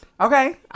Okay